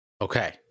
Okay